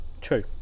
True